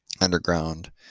Underground